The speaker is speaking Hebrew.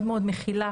מאוד מאוד מכילה,